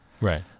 Right